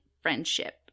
friendship